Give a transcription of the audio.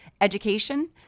education